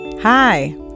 Hi